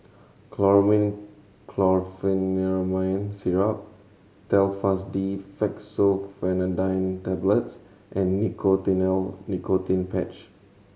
Chlormine Chlorpheniramine Syrup Telfast D Fexofenadine Tablets and Nicotinell Nicotine Patch